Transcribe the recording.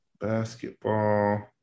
basketball